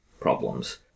problems